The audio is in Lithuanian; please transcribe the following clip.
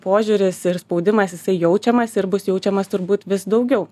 požiūris ir spaudimas jisai jaučiamas ir bus jaučiamas turbūt vis daugiau